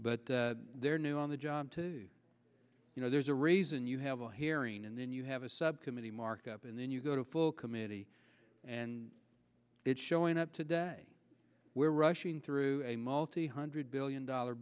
but they're new on the job you know there's a reason you have a hearing and then you have a subcommittee markup and then you go to full committee and it's showing up today we're rushing through a multi hundred billion dollar